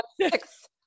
six